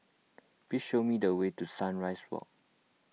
please show me the way to Sunrise Walk